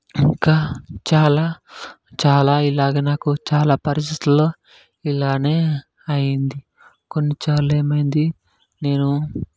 ఇంకా చాలా చాలా ఇలాగా నాకు చాలా పరిస్థితుల్లో ఇలాగే అయింది కొన్నిసార్లు ఏమైంది నేను